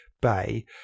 Bay